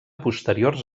posteriors